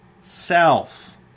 self